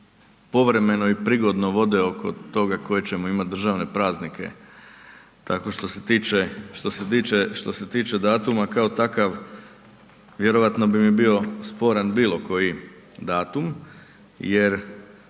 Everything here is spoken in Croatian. povremeno i prigodno vode oko toga koje ćemo imati državne praznike tako što se tiče datuma kao takav vjerojatno bi mi bio sporan bilo koji datum jer